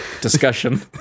discussion